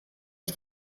ich